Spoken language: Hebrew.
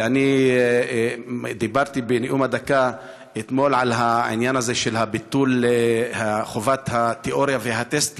אני דיברתי בנאום הדקה אתמול על ביטול חובת התיאוריה והטסט